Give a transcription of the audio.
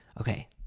Okay